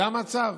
זה המצב.